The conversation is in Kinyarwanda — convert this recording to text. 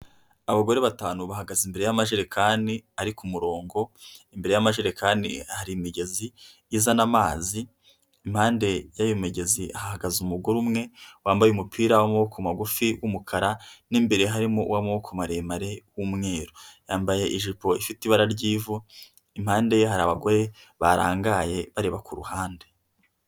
Abagore batanu bahagaze imbere y'amajerekani ari kumurongo imbere y'amajerekani hari imigezi izana amazi impande yiyo migezi hahagaze umugore umwe wambaye umupira w'amaboko magufi w'umukara n'imbere harimo uw'amoboko maremare w'umweru yambaye ijipo ifite ibara ry'ivu impande ye hari abagore barangaye bareba kuruhande.